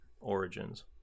origins